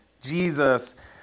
Jesus